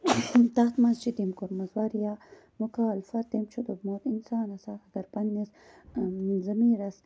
تتھ مَنٛز چھُ تٔمۍ کوٚرمُت واریاہ مُخالفَت تٔمۍ چھُ دوٚپمُت اِنسان ہَسا اگر پَننِس ضمیٖرَس